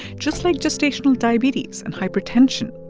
just like gestational diabetes and hypertension.